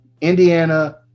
Indiana